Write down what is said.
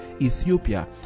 Ethiopia